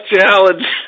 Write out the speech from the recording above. Challenge